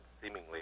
seemingly